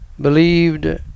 believed